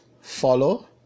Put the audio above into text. follow